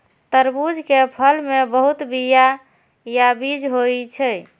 तरबूज के फल मे बहुत बीया या बीज होइ छै